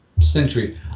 century